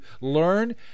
learn